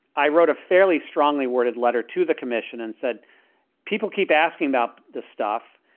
i wrote a fairly strongly worded letter to the commission and said people keep asking about this stuff.